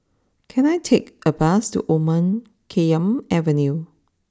can I take a bus to Omar Khayyam Avenue